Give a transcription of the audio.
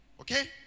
Okay